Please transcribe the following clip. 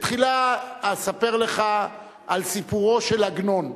ותחילה אספר לך על סיפורו של עגנון,